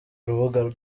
urubuga